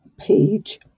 page